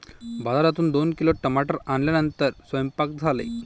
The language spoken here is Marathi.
बाजारातून दोन किलो टमाटर आणल्यानंतर सेवन्पाक झाले